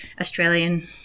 Australian